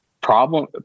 problem